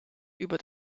über